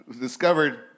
discovered